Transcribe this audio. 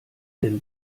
denn